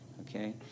Okay